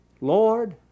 Lord